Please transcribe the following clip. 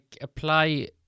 apply